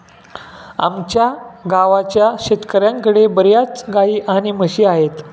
आमच्या गावाच्या शेतकऱ्यांकडे बर्याच गाई आणि म्हशी आहेत